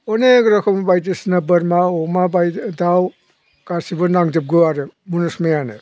अनेख रोखोम बायदिसिना बोरमा अमा दाउ गासिबो नांजोबगौ आरो मुनुस मायानो